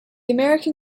american